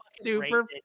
Super